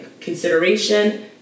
consideration